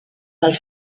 del